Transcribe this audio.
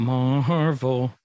Marvel